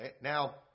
Now